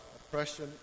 oppression